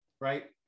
right